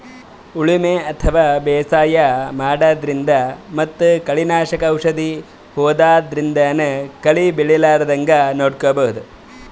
ಉಳಿಮೆ ಅಥವಾ ಬೇಸಾಯ ಮಾಡದ್ರಿನ್ದ್ ಮತ್ತ್ ಕಳಿ ನಾಶಕ್ ಔಷದ್ ಹೋದ್ಯಾದ್ರಿನ್ದನೂ ಕಳಿ ಬೆಳಿಲಾರದಂಗ್ ನೋಡ್ಕೊಬಹುದ್